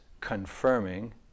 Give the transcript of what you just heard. confirming